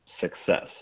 success